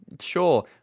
sure